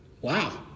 Wow